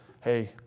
hey